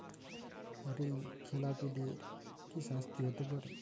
ঋণ খেলাপিদের কি শাস্তি হতে পারে?